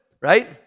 right